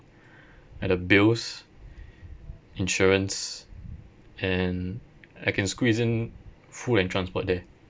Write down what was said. uh the bills insurance and I can squeeze in food and transport there